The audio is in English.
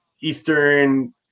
Eastern